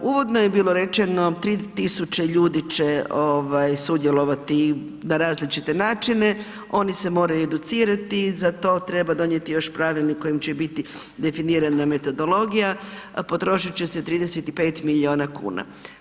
Uvodno je bilo rečeno, 3 tisuće ljudi će sudjelovati na različite načine, oni se moraju educirati, za to treba donijeti još pravilnik kojim će biti definirana metodologija, potrošit će se 35 milijuna kuna.